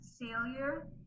failure